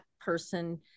person